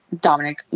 Dominic